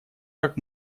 как